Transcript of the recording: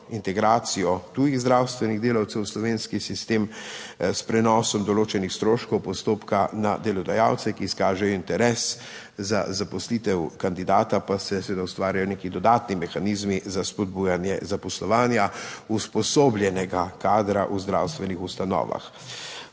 integracijo tujih zdravstvenih delavcev v slovenski sistem, s prenosom določenih stroškov postopka na delodajalce, ki izkažejo interes za zaposlitev kandidata pa se seveda ustvarjajo neki dodatni mehanizmi za spodbujanje zaposlovanja usposobljenega kadra v zdravstvenih ustanovah.